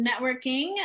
networking